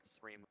Three